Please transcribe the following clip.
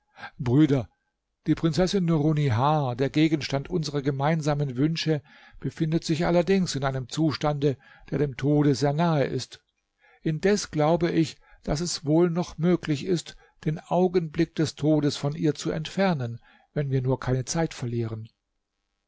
brüder die prinzessin nurunnihar der gegenstand unserer gemeinsamen wünsche befindet sich allerdings in einem zustande der dem tode sehr nahe ist indes glaube ich daß es wohl noch möglich ist den augenblick des todes von ihr zu entfernen wenn wir nur keine zeit verlieren